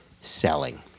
selling